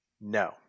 No